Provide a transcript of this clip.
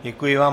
Děkuji vám.